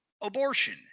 Abortion